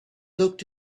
looked